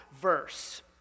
verse